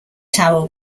tower